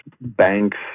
banks